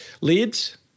Leads